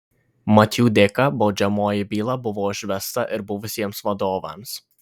mat jų dėka baudžiamoji byla buvo užvesta ir buvusiems vadovams